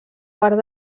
part